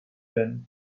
jeunes